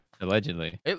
Allegedly